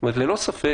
כלומר, ללא ספק,